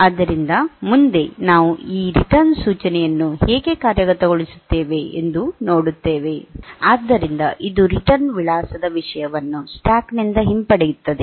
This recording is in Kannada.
ಆದ್ದರಿಂದ ಮುಂದೆ ನಾವು ಈ ರಿಟರ್ನ್ ಸೂಚನೆಯನ್ನು ಹೇಗೆ ಕಾರ್ಯಗತಗೊಳಿಸುತ್ತೇವೆ ಎಂದು ನೋಡುತ್ತೇವೆ ಆದ್ದರಿಂದ ಇದು ರಿಟರ್ನ್ ವಿಳಾಸದ ವಿಷಯವನ್ನು ಸ್ಟ್ಯಾಕ್ನಿಂದ ಹಿಂಪಡೆಯುತ್ತದೆ